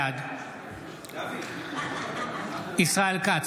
בעד ישראל כץ,